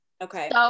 Okay